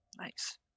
Nice